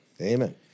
Amen